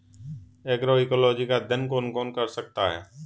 Agroecology का अध्ययन कौन कौन कर सकता है?